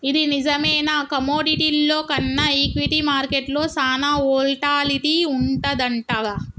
ఇది నిజమేనా కమోడిటీల్లో కన్నా ఈక్విటీ మార్కెట్లో సాన వోల్టాలిటీ వుంటదంటగా